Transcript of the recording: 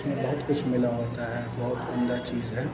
اور اس میں بہت کچھ ملا ہوتا ہے بہت عمدہ چیز ہے